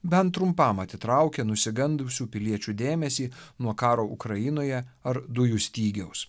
bent trumpam atitraukė nusigandusių piliečių dėmesį nuo karo ukrainoje ar dujų stygiaus